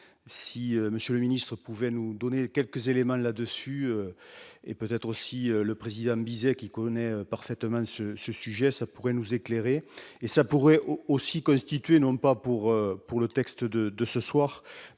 le ministre pouvez nous donner quelques éléments là-dessus et peut-être aussi le président Bizet qui connaît parfaitement ce ce sujet ça pourrait nous éclairer et ça pourrait aussi constituer non pas pour pour le texte de de ce soir,